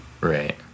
right